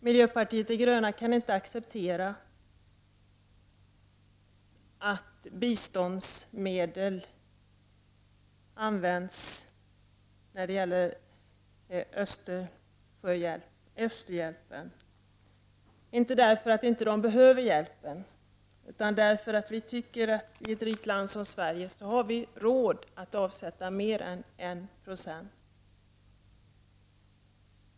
Miljöpartiet de gröna kan inte acceptera att biståndsmedel används till östhjälpen, inte därför att man där inte behöver hjälpen utan därför att vi tycker att vi i ett rikt land som Sverige har råd att avsätta mer än 1 96.